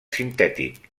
sintètic